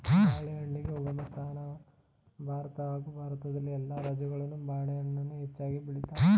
ಬಾಳೆಹಣ್ಣಿಗೆ ಉಗಮಸ್ಥಾನ ಭಾರತ ಹಾಗೂ ಭಾರತದ ಎಲ್ಲ ರಾಜ್ಯಗಳಲ್ಲೂ ಬಾಳೆಹಣ್ಣನ್ನ ಹೆಚ್ಚಾಗ್ ಬೆಳಿತಾರೆ